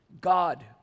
God